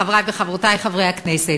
חברי וחברותי חברי הכנסת,